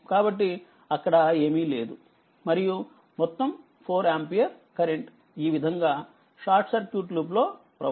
కాబట్టి అక్కడ ఏమీలేదుమరియు మొత్తం 4ఆంపియర్ కరెంట్ ఈ విధంగా షార్ట్ సర్క్యూట్లూప్ లో ప్రవహిస్తుంది